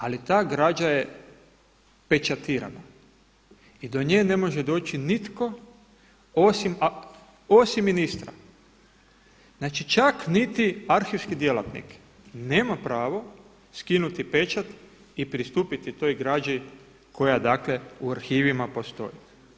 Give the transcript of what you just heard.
Ali ta građa je pečatirana i do nje ne može doći nitko osim ministra, znači čak niti arhivski djelatnik nema pravo skinuti pečat i pristupiti toj građi koja u arhivima postoji.